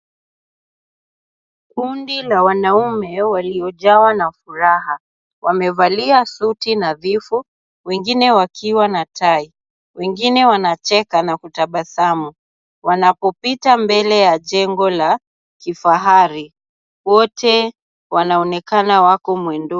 Kundi la wanaume waliojawa na furaha wamevalia suti nadhifu wengine wakiwa na tai. Wengine wanacheka na kutabasamu wanapopita mbele ya jengo la kifahari. Wote wanaonekana wako mwendoni.